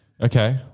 Okay